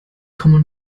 common